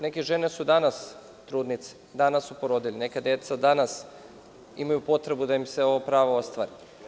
Neke žene su danas trudnice, danas su porodilje, neka deca danas imaju potrebu da im se ovo pravo ostvari.